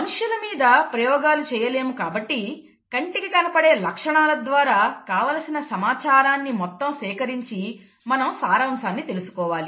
మనుషుల మీద ప్రయోగాలను చేయలేము కాబట్టి కంటికి కనపడే లక్షణాల ద్వారా కావలసిన సమాచారాన్ని మొత్తం సేకరించి మనం సారాంశాన్ని తెలుసుకోవాలి